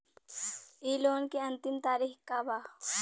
इ लोन के अन्तिम तारीख का बा?